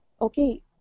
Okay